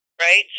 Right